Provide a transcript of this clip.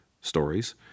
stories